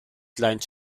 kleinen